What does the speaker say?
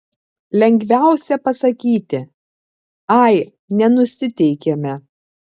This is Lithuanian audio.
lengviausia pasakyti ai nenusiteikėme